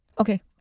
Okay